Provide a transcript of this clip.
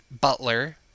Butler